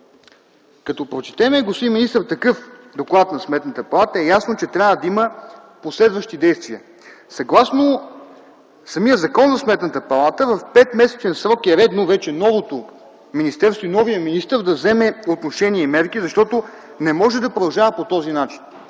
Като прочетем, господин министър, такъв доклад на Сметната палата, е ясно, че трябва да има последващи действия. Съгласно самия Закон за Сметната палата в петмесечен срок е редно вече новото министерство и новият министър да вземат отношение и мерки, защото не може да продължава по този начин.